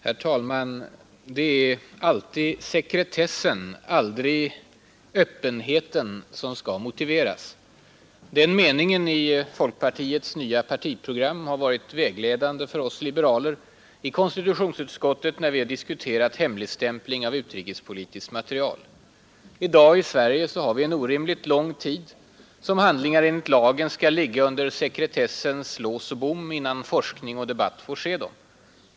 Herr talman! ”Det är alltid sekretessen — aldrig öppenheten — som skall motiveras.” Den meningen i folkpartiets nya partiprogram har varit vägledande för oss liberaler i konstitutionsutskottet när vi har diskuterat hemligstämpling av utrikespolitiskt material. I dag har vi i Sverige en orimligt lång tid som handlingar enligt lagen skall ligga under sekretessens lås och bom innan forskning och debatt får se dem.